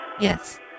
Yes